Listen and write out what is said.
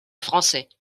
français